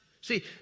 See